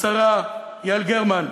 השרה יעל גרמן,